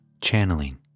Channeling